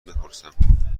بپرسیم